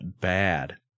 bad